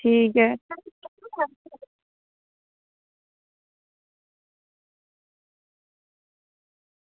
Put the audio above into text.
ठीक ऐ